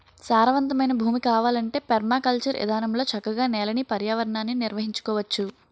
సారవంతమైన భూమి కావాలంటే పెర్మాకల్చర్ ఇదానంలో చక్కగా నేలని, పర్యావరణాన్ని నిర్వహించుకోవచ్చు